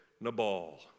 Nabal